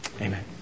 Amen